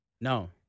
No